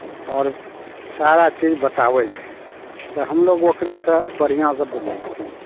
आओर सारा चीज बताबै छै तऽ हमलोक ओकरेसे बढ़िआँसे बुझै छिए